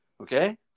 Okay